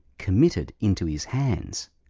committed into his hands,